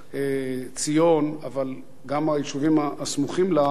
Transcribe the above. מבשרת-ציון, אבל גם היישובים הסמוכים לה,